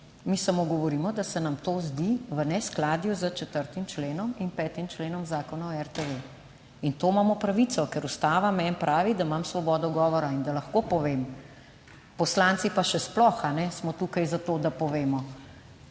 Mi samo govorimo, da se nam to zdi v neskladju s 4. členom in 5. členom Zakona o RTV. In to imamo pravico, ker ustava meni pravi, da imam svobodo govora in da lahko povem, poslanci pa še sploh ne, smo tukaj za to, da povemo,